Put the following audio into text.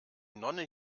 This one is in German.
nonne